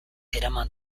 eraman